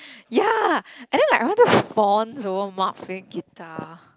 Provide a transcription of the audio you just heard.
ya and then like everyone just fawns over Mark playing guitar